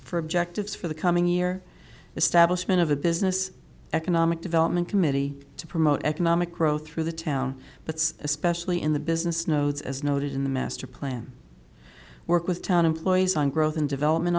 objectives for the coming year establishment of a business economic development committee to promote economic growth through the town but especially in the business nodes as noted in the master plan work with town employees on growth and development